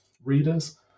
readers